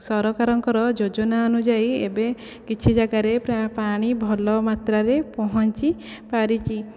ସରକାରଙ୍କର ଯୋଜନା ଅନୁଯାୟୀ ଏବେ କିଛି ଯାଗାରେ ପ୍ରାୟ ପାଣି ଭଲ ମାତ୍ରାରେ ପହଞ୍ଚି ପାରିଛି